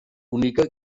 única